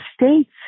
states